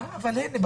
" הנה,